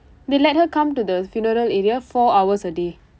they let her come to the funeral area four hours a day